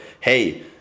hey